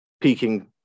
Peking